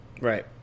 Right